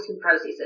processes